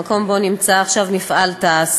במקום שבו נמצא עכשיו מפעל תע"ש.